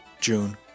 June